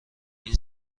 این